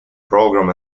program